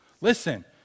Listen